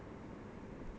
oh my god